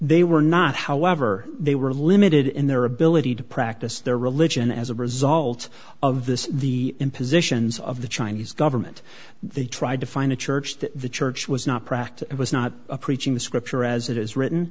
they were not however they were limited in their ability to practice their religion as a result of this the in positions of the chinese government they tried to find a church that the church was not practiced it was not preaching the scripture as that is written